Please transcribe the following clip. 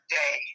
day